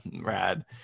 rad